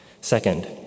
Second